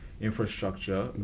infrastructure